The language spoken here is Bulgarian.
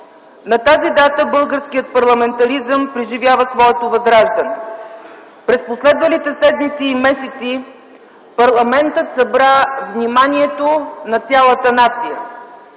На тази дата българският парламентаризъм преживява своето възраждане. През последвалите седмици и месеци парламентът събра вниманието на цялата нация.